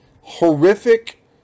horrific